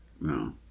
No